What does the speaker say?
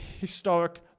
historic